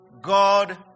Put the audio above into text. God